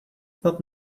snad